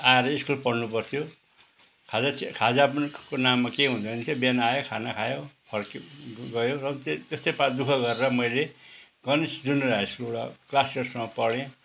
आएर स्कुल पढ्नु पर्थ्यो खाजा चियाखाजा पनिको नाममा के हुँदैन थियो बिहान आयो खाना खायो फर्क्यो गयो हो त्यस्तै त्यस्तै पाराले दु ख गरेर मैले गणेश जुनियर हाई स्कुलबाट क्लास एटसम्म पढेँ